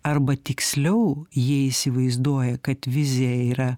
arba tiksliau jie įsivaizduoja kad vizija yra